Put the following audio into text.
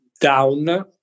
down